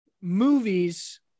movies